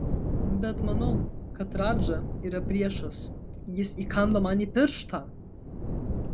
bet manau kad radža yra priešas jis įkando man į pirštą